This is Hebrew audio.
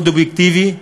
מאוד אובייקטיבי,